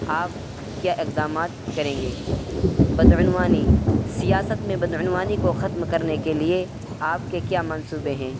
آپ کیا اقدامات کریں گے بدعنوانی سیاست میں بدعنوانی کو ختم کرنے کے لیے آپ کے کیا منصوبے ہیں